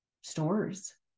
stores